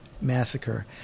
Massacre